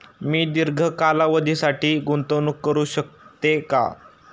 मी दीर्घ कालावधीसाठी गुंतवणूक करू शकते का?